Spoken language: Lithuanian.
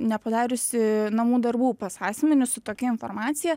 nepadariusi namų darbų sąsiuviniu su tokia informacija